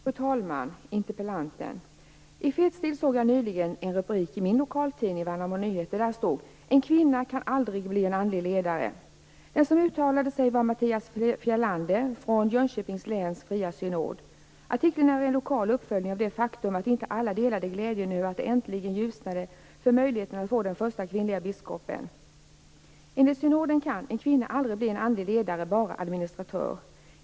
Fru talman! Interpellanten! I fetstil såg jag nyligen en rubrik i min lokaltidning Värnamo Nyheter: En kvinna kan aldrig bli en andlig ledare. Den som uttalade sig var Mattias Fjellander från Jönköpings läns fria synod. Artikeln är en lokal uppföljning av det faktum att inte alla delade glädjen över att det äntligen ljusnade för möjligheten att få den första kvinnliga biskopen. Enligt synoden kan en kvinna aldrig bli en andlig ledare, bara administratör.